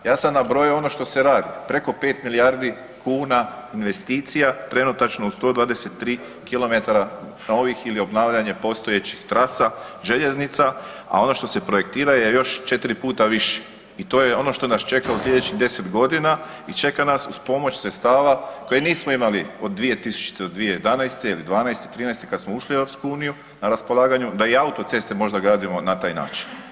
Ja sam nabrojao ono što se radi, preko 5 milijardi kuna investicija trenutačno u 123 km novih ili obnavljanje postojećih trasa željeznica, a ono što se projektira je još četiri puta više i to je ono što nas čeka u sljedećih deset godina i čeka nas uz pomoć sredstava koje nismo imali od 2000. do 2011. ili 2012., 2013. kada smo ušli u EU na raspolaganju, da autoceste možda gradimo na taj način.